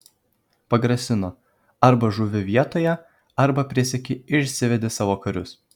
pagrasino arba žūvi vietoje arba prisieki ir išsivedi savo karius